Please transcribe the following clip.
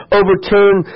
overturn